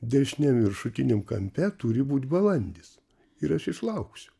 dešiniam viršutiniam kampe turi būt balandis ir aš išlauksiu